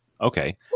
Okay